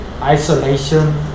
isolation